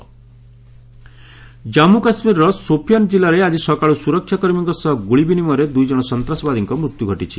JK killed Jammu କାଶ୍ମୀରର ସୋପିଆଁ ଜିଲ୍ଲାରେ ଆଜି ସକାଳୁ ସୁରକ୍ଷା କର୍ମୀଙ୍କ ସହ ଗୁଳି ବିନିମୟରେ ଦୁଇ ଜଣ ସନ୍ତାସବାଦୀଙ୍କ ମୃତ୍ୟୁ ଘଟିଛି